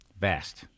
Vast